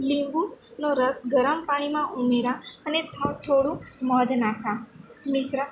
લીંબુનો રસ ગરમ પાણીમાં ઉમેરીશ અને થોડું મધ નાંખીશ મિશ્ર